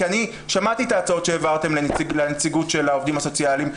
כי אני שמעתי את ההצעות שהעברתם לנציגות של העובדים הסוציאליים,